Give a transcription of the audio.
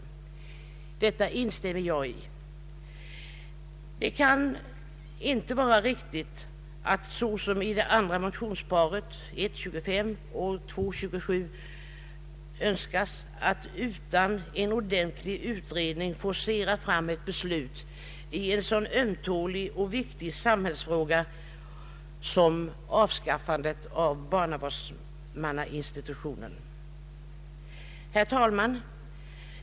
Detta instämmer jag i. Det kan inte vara riktigt, såsom i det andra motionsparet I: 25 och II: 27 yrkas, att utan en egentlig utredning forcera fram ett beslut i en så ömtålig och viktig samhällsfråga. Herr talman!